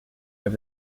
over